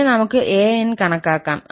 പിന്നെ നമുക്ക് 𝑎n′𝑠 കണക്കാക്കാം